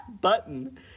button